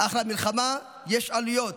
אך למלחמה יש עלויות,